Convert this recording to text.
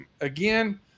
Again